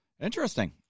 interesting